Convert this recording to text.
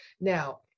Now